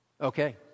Okay